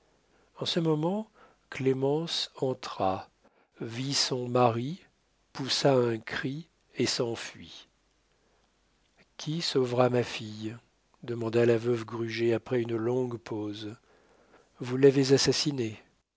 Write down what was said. en ce moment clémence entra vit son mari poussa un cri et s'enfuit qui sauvera ma fille demanda la veuve gruget après une longue pause vous l'avez assassinée